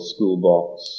Schoolbox